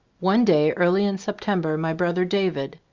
one day, early in september, my brother david,